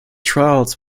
trials